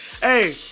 Hey